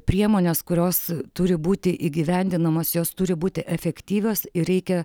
priemonės kurios turi būti įgyvendinamos jos turi būti efektyvios ir reikia